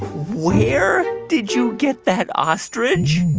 where did you get that ostrich? ah,